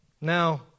Now